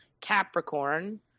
Capricorn